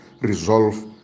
resolve